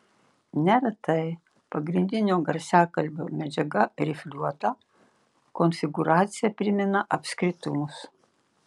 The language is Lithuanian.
neretai pagrindinio garsiakalbio medžiaga rifliuota konfigūracija primena apskritimus